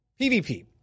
PvP